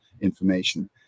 information